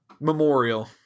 Memorial